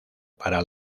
para